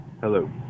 Hello